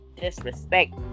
disrespect